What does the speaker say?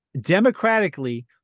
democratically